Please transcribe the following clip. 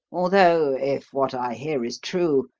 although, if what i hear is true,